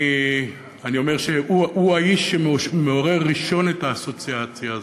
אני אומר שהוא האיש שמעורר ראשון את האסוציאציה הזאת.